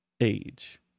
age